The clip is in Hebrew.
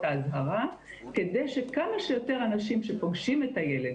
האזהרה כדי שכמה שיותר אנשים שפוגשים את הילד,